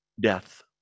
death